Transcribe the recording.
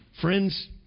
Friends